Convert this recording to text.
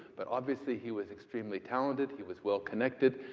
but, obviously, he was extremely talented. he was well-connected,